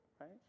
right